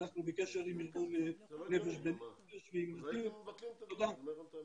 אנחנו בקשר עם ארגון 'נפש בנפש', הם יושבים איתי.